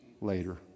later